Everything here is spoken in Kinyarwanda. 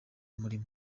muriro